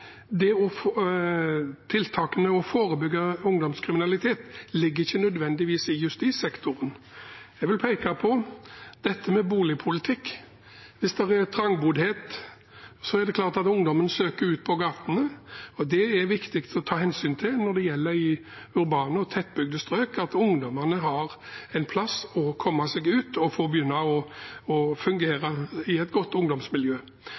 Tiltakene for å forebygge ungdomskriminalitet ligger ikke nødvendigvis i justissektoren. Jeg vil peke på boligpolitikk. Hvis det er trangboddhet, er det klart at ungdommen søker ut på gatene. Det er viktig å ta hensyn til i urbane og tettbygde strøk at ungdommene har en plass å komme seg ut til og får begynne å fungere i et godt ungdomsmiljø.